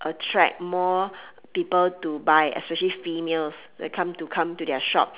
attract more people to buy especially females that come to come to their shop